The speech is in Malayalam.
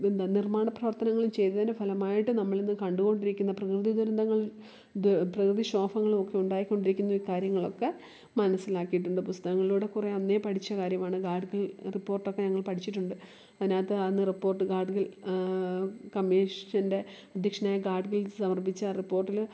എന്താ നിർമ്മാണപ്രവർത്തനങ്ങളും ചെയ്തതിന്റെ ഫലമായിട്ട് നമ്മളിന്ന് കണ്ടുകൊണ്ടിരിക്കുന്ന പ്രകൃതി ദുരന്തങ്ങൾ ഇത് പ്രകൃതി ക്ഷോഭങ്ങളും ഒക്കെ ഉണ്ടായിക്കൊണ്ടിരിക്കുന്ന കാര്യങ്ങളൊക്കെ മനസ്സിലാക്കിയിട്ടുണ്ട് പുസ്തകങ്ങളിലൂടെ കുറേ അന്നേ പഠിച്ച കാര്യമാണ് ഗാർഗിൽ റിപ്പോട്ടൊക്കെ ഞങ്ങൾ പഠിച്ചിട്ടുണ്ട് അതിനകത്ത് ആ റിപ്പോട്ട് ഗാഡ്ഗിൽ കമ്മീഷൻ്റെ അദ്ധ്യക്ഷനായ ഗാഡ്ഗിൽ സമർപ്പിച്ച റിപ്പോട്ടിൽ